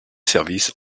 service